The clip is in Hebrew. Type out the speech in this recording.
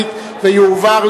התש"ע 2010,